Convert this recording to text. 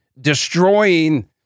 destroying